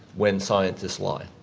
when scientists lie.